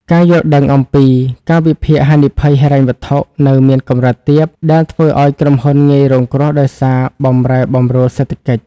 ការយល់ដឹងអំពី "ការវិភាគហានិភ័យហិរញ្ញវត្ថុ" នៅមានកម្រិតទាប ដែលធ្វើឱ្យក្រុមហ៊ុនងាយរងគ្រោះដោយសារបម្រែបម្រួលសេដ្ឋកិច្ច។